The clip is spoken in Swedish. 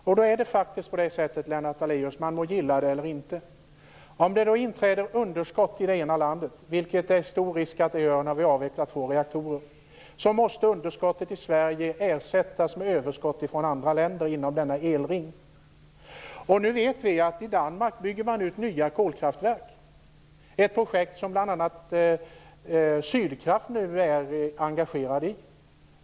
Om det då inträder ett underskott i ett land - vilket det troligtvis gör i Sverige när vi avvecklar två reaktorer - måste underskottet ersättas med överskott från andra länder inom denna elring. Det är faktiskt på det sättet, Lennart Daléus - man må gilla det eller inte. Vi vet nu att man i Danmark bygger ut nya kolkraftverk. Det är ett projekt som bl.a. Sydkraft är engagerade i.